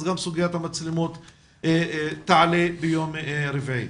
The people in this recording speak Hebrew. אז גם סוגיית המצלמות תעלה ביום רביעי.